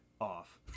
off